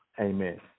Amen